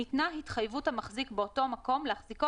ניתנה התחייבות המחזיק באותו מקום להחזיקו